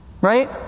Right